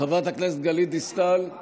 חברת הכנסת גלית דיסטל,